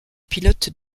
pilote